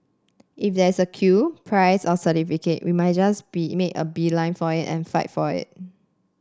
if there's a queue prize or certificate we might just be make a beeline for it and fight for it